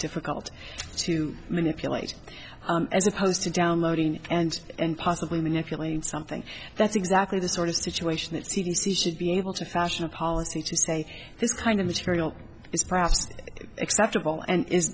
difficult to manipulate as opposed to downloading and and possibly manipulating something that's exactly the sort of situation that should be able to fashion a policy to say this kind of material is perhaps acceptable and i